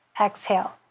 exhale